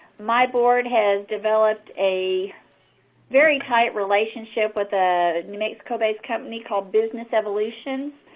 my board has developed a very tight relationship with a new mexico-based company called business evolutions.